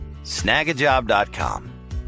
Snagajob.com